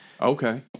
Okay